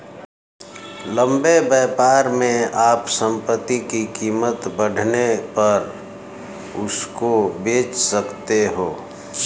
लंबे व्यापार में आप संपत्ति की कीमत बढ़ने पर उसको बेच सकते हो